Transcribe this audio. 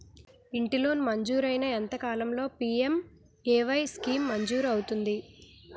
ఇంటి లోన్ మంజూరైన ఎంత కాలంలో పి.ఎం.ఎ.వై స్కీమ్ మంజూరు అవుతుంది?